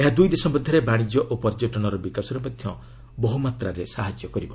ଏହା ଦୁଇ ଦେଶ ମଧ୍ୟରେ ବାଣିଜ୍ୟ ଓ ପର୍ଯ୍ୟଟନର ବିକାଶରେ ମଧ୍ୟ ବହୁମାତ୍ରାରେ ସାହାଯ୍ୟ କରିବ